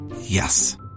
Yes